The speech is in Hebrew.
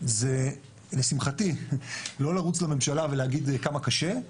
זה לשמחתי לא לרוץ לממשלה ולהגיד כמה קשה,